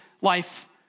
life